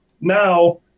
now